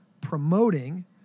promoting